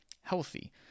healthy